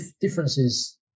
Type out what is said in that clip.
differences